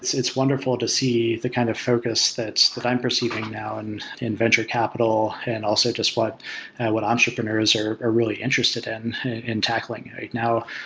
it's it's wonderful to see the kind of focus that that i'm perceiving now and in venture capital and also just what what entrepreneurs are are really interested in and tackling right now.